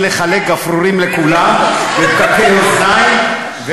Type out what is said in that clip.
לחלק גפרורים לכולם ופקקי אוזניים,